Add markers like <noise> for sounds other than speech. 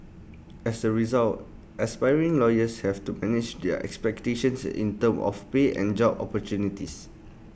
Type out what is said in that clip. <noise> as A result aspiring lawyers have to manage their expectations in terms of pay and job opportunities